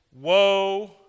Woe